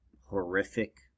horrific